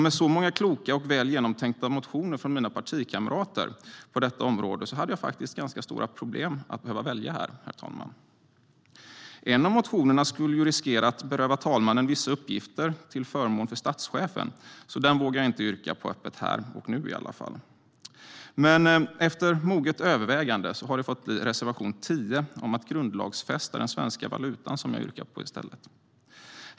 Med så många kloka och väl genomtänkta motioner från mina partikamrater på detta område hade jag faktiskt ganska stora problem att behöva välja här. Efter moget övervägande yrkar jag i stället bifall till reservation 10 om att grundlagsfästa den svenska valutan.